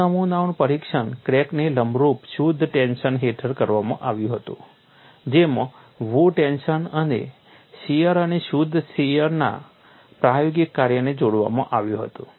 આ નમૂનાઓનું પરીક્ષણ ક્રેકને લંબરૂપ શુદ્ધ ટેન્શન હેઠળ કરવામાં આવ્યું હતું જેમાં વુ ટેન્શન અને શિયર અને શુદ્ધ શિયરના પ્રાયોગિક કાર્યને જોડવામાં આવ્યું હતું